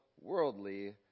worldly